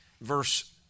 verse